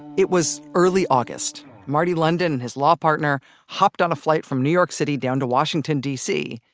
it was early august marty london and his law partner hopped on a flight from new york city. down to washington, dc.